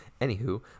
Anywho